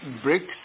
BRICS